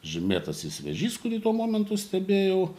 žymėtasis vėžys kurį tuo momentu stebėjau